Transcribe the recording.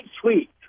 sweet